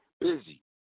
Busy